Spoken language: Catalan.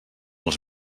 els